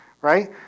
Right